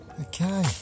Okay